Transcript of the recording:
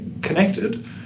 connected